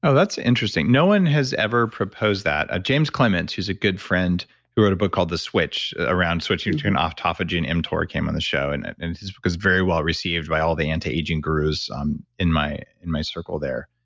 and that's interesting. no one has ever proposed that. james clement, who's a good friend who wrote a book called the switch around switch between autophagy and mtor, came on the show and and this was very well received by all the anti-aging gurus um in my in my circle there.